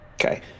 Okay